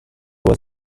was